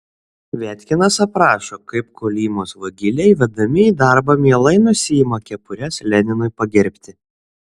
viatkinas aprašo kaip kolymos vagiliai vedami į darbą mielai nusiima kepures leninui pagerbti